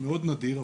מאוד נדיר,